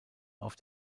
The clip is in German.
auf